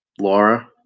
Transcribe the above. Laura